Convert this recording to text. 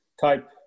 type